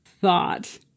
thought